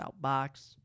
outbox